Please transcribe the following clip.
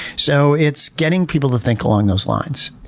so, it's getting people to think along those lines.